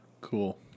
Cool